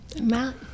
Matt